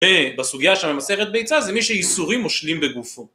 בסוגיה של המסכת ביצה זה מי שיסורים מושלים בגופו.